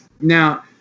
Now